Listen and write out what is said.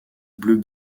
bleu